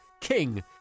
King